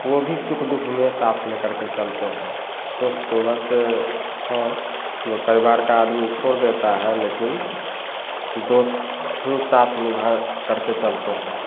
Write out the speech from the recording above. वे भी सुख दुख में साथ लेकर के चलते हैं दोस्त तो वैसे हैं जो परिवार का आदमी छोड़ देता है लेकिन दोस्त ही साथ निभा कर के चलते हैं